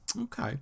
Okay